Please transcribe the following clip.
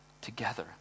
together